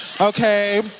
Okay